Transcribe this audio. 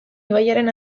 ibaiaren